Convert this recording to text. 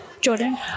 Jordan